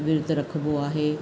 विर्तु रखिबो आहे